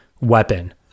weapon